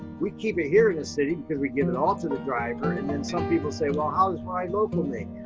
we keep it here in the city because we give it all to the driver. and then some people say, well, how's ride local make